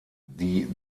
die